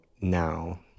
now